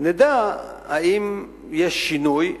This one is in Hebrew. נדע אם יש שינוי,